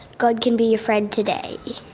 god can be your friend today.